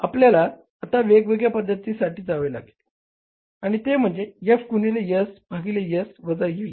आपल्याला आता वेगळ्या पध्दतीसाठी जावे लागेल आणि ते म्हणजे F गुणिले S भागिले S वजा V